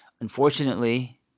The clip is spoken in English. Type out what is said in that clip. unfortunately